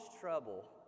trouble